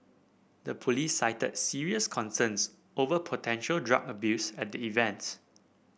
the police cited serious concerns over potential drug abuse at the event